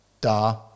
da